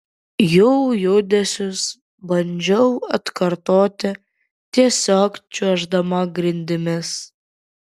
jų judesius bandžiau atkartoti tiesiog čiuoždama grindimis